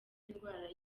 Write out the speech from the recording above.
indwara